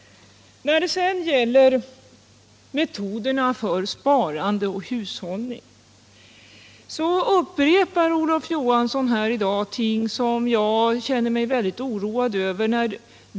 När det sedan gäller metoderna för sparande och hushållning upprepar Olof Johansson i dag argument som jag känner mig väldigt orolig över.